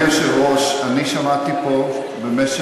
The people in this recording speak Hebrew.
היא מתגאה בו.